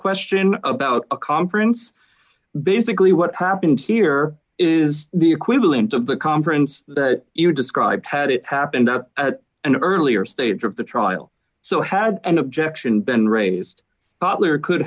question about a conference basically what happened here is the equivalent of the conference that you described had it happened at an earlier stage of the trial so had an objection been raised or could